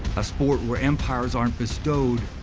a sport where empires aren't bestowed,